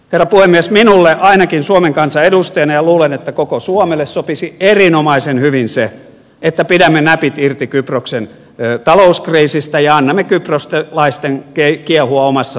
herra puhemies minulle ainakin suomen kansan edustajana ja luulen että koko suomelle sopisi erinomaisen hyvin se että pidämme näpit irti kyproksen talouskriisistä ja annamme kyproslaisten kiehua omassa liemessään